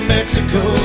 Mexico